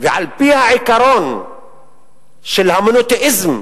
ועל-פי העיקרון של המונותיאיזם,